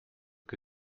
que